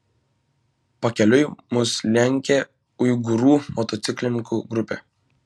pakeliui mus lenkė uigūrų motociklininkų grupė